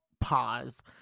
pause